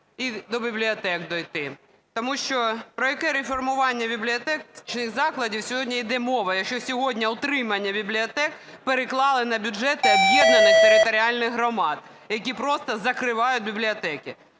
і до бібліотек дійти. Тому що про яке реформування бібліотек чи закладів сьогодні йде мова, якщо сьогодні утримання бібліотек переклали на бюджети об'єднаних територіальних громад, які просто закривають бібліотеки?